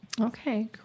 Okay